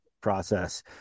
process